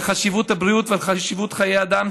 שחינך אותי בבית על חשיבות הבריאות ועל חשיבות חיי אדם,